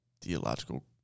theological